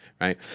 Right